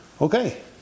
Okay